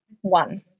One